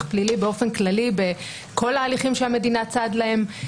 פלילי באופן כללי בכל ההליכים שהמדינה צד להם.